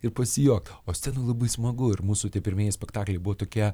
ir pasijuokt o scena labai smagu ir mūsų tie pirmieji spektakliai buvo tokia